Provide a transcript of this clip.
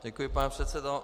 Děkuji, pane předsedo.